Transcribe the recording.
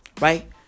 Right